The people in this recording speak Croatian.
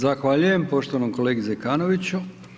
Zahvaljujem poštovanom kolegi Zekanoviću.